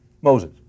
Moses